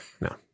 No